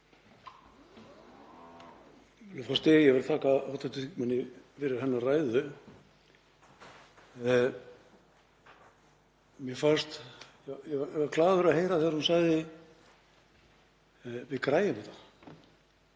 Ég var glaður að heyra þegar hún sagði: Við græjum þetta.